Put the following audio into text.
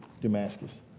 Damascus